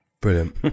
brilliant